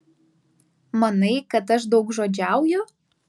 manai kad aš daugžodžiauju